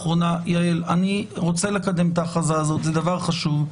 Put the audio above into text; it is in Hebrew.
יעל, אני רוצה לקדם את ההכרזה הזו, זה דבר חשוב.